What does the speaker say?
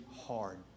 hard